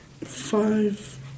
five